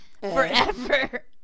forever